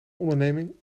onderneming